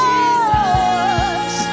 Jesus